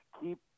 keep